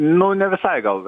nu ne visai gal